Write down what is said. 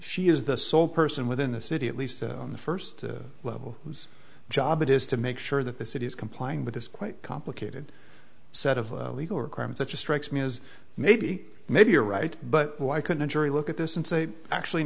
she is the sole person within the city at least in the first level whose job it is to make sure that the city is complying with this quite complicated set of legal or crimes such as strikes me as maybe maybe you're right but why couldn't a jury look at this and say actually